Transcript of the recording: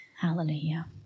Hallelujah